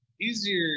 easier